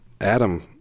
Adam